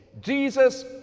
Jesus